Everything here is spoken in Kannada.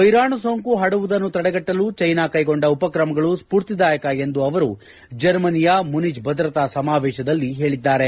ವೈರಾಣು ಸೋಂಕು ಪರಡುವುದನ್ನು ತಡೆಗಟ್ಟಲು ಚೀನಾ ಕೈಗೊಂಡ ಉಪಕ್ರಮಗಳು ಸ್ವೂರ್ತಿದಾಯಕ ಎಂದು ಅವರು ಜರ್ಮನಿಯ ಮುನಿಚ್ ಭದ್ರತಾ ಸಮಾವೇಶದಲ್ಲಿ ಹೇಳಿದ್ದಾರೆ